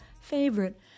favorite